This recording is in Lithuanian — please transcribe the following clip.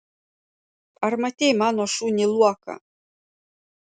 ar matei mano šunį luoką